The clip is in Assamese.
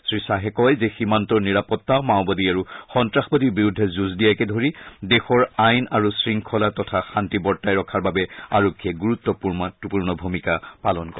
শ্ৰীশ্বাহে কয় যে সীমান্তৰ নিৰাপত্তা মাওবাদী আৰু সন্তাসবাদীৰ বিৰুদ্ধে যুঁজ দিয়াকে ধৰি দেশৰ আইন আৰু শৃংখলা তথা শান্তি বৰ্তাই ৰখাৰ বাবে আৰক্ষীয়ে গুৰুত্বপূৰ্ণ ভূমিকা পালন কৰে